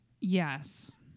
yes